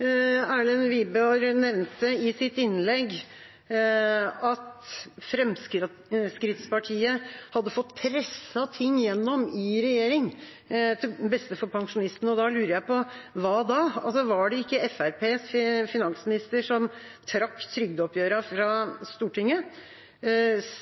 Erlend Wiborg nevnte i sitt innlegg at Fremskrittspartiet hadde fått presset ting igjennom i regjering til beste for pensjonistene. Da lurer jeg på: Hva da? Var det ikke Fremskrittspartiets finansminister som trakk trygdeoppgjøret fra Stortinget?